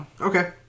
Okay